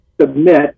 submit